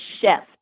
shift